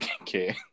Okay